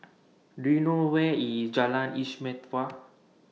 Do YOU know Where IS Jalan Istimewa